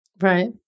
Right